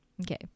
Okay